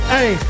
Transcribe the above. Hey